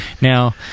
Now